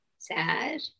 sad